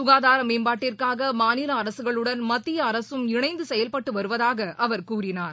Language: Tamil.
சுகாதார மேம்பாட்டிற்காக மாநில அரசுகளுடன் மத்திய அரசும் இணைந்து செயல்பட்டு வருவதாக அவர் கூறினார்